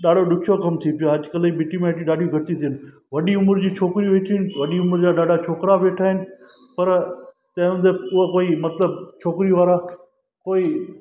ॾाढो ॾुखियो कमु थी पियो आहे अॼुकल्ह जी मिटी माइटी ॾाढियूं घटि थी थियनि वॾी उमिरि जी छोकिरियूं वेठी आहिनि वॾी उमिरि जा ॾाढा छोकिरा वेठा आहिनि पर तंहिं हूंदे बि उहो कोई मतलबु छोकिरी वारा कोई